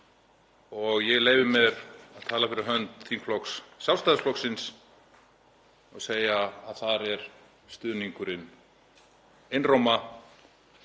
Ég leyfi mér að tala fyrir hönd þingflokks Sjálfstæðisflokksins og segja að þar er stuðningurinn einróma.